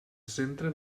centre